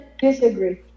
disagree